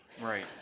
Right